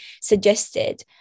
suggested